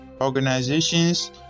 organizations